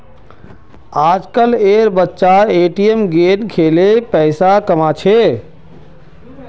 आजकल एर बच्चा ए.टी.एम गेम खेलें पैसा कमा छे